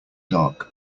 dark